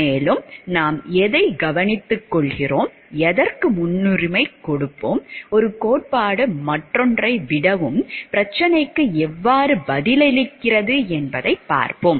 மேலும் நாம் எதைக் கவனித்துக்கொள்கிறோம் எதற்கு முன்னுரிமை கொடுப்போம் ஒரு கோட்பாடு மற்றொன்றை விடவும் பிரச்சனைக்கு எவ்வாறு பதிலளிக்கிறது என்பதைப் பார்ப்போம்